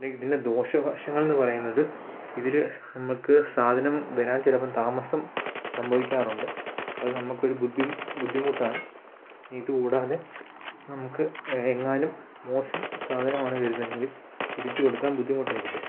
പിന്നെ ഇതിൻ്റെ ദോഷവശങ്ങളെന്നു പറയുന്നത് ഇതിൽ നമുക്ക് സാധനം വരാൻ ചിലപ്പോൾ താമസം സംഭവിക്കാറുണ്ട് അത് നമുക്കൊരു ബുദ്ധി ബുദ്ധിമുട്ടാണ് ഇതുകൂടാതെ നമുക്ക് എങ്ങാനും മോശം സാധനമാണ് വരുന്നതെങ്കിൽ തിരിച്ചു കൊടുക്കാൻ ബുദ്ധിമുട്ടായിരിക്കും